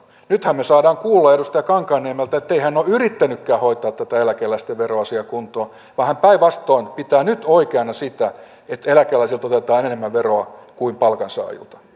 nythän me saamme kuulla edustaja kankaanniemeltä ettei hän ole yrittänytkään hoitaa tätä eläkeläisten veroasiaa kuntoon vaan hän päinvastoin pitää nyt oikeana sitä että eläkeläisiltä otetaan enemmän veroa kuin palkansaajilta